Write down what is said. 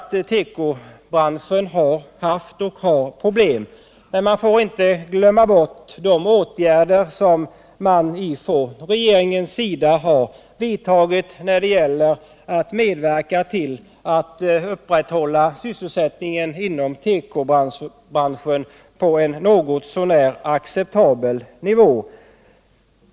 Tekobranschen har haft och har problem, men man får inte glömma bort de åtgärder som regeringen har vidtagit för att medverka till att upprätthålla sysselsättningen inom tekobranschen på en något så när acceptabel nivå.